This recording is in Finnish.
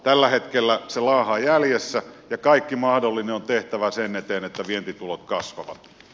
tällä hetkellä se laahaa jäljessä ja kaikki mahdollinen on tehtävä sen eteen että vientitulot kasvavat